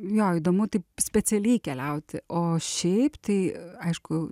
jo įdomu taip specialiai keliauti o šiaip tai aišku